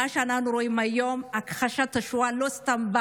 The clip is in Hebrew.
מה שאנחנו רואים היום, הכחשת השואה לא באה סתם,